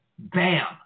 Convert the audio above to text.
Bam